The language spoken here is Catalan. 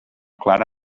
clara